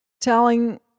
Telling